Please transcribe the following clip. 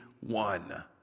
one